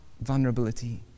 vulnerability